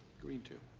agreed to.